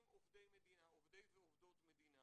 עם עובדי ועובדות מדינה,